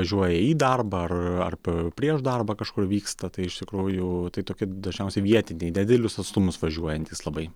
važiuoja į darbą ar ar prieš darbą kažkur vyksta tai iš tikrųjų tai tokie dažniausiai vietiniai nedidelius atstumus važiuojantys labai